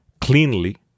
cleanly